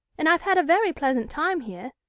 and i've had a very pleasant time here,